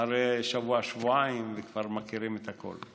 אחרי שבוע-שבועיים, וכבר מכירים את הכול.